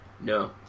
No